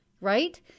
right